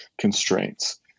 constraints